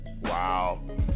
Wow